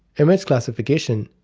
image classification,